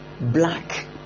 black